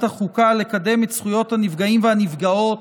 החוקה לקדם את זכויות הנפגעים והנפגעות